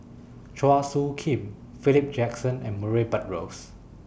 Chua Soo Khim Philip Jackson and Murray Buttrose